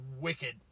wicked